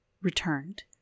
returned